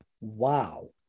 Wow